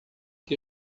que